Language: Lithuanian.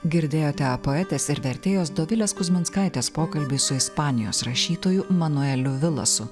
girdėjote poetės ir vertėjos dovilės kuzminskaitės pokalbį su ispanijos rašytoju manueliu vilosu